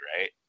right